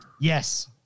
Yes